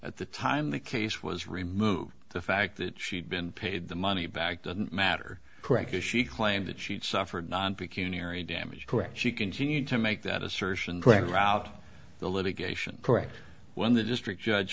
at the time the case was removed the fact that she'd been paid the money back doesn't matter correctly she claimed that she'd suffered damage correct she continued to make that assertion print out the litigation correct when the district judge